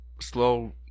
slow